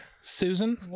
Susan